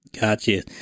gotcha